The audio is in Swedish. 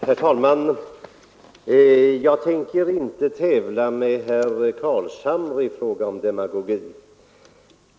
Herr talman! Jag tänker inte tävla med herr Carlshamre i fråga om demagogi.